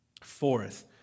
Fourth